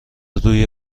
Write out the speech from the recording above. روی